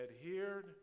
adhered